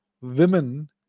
women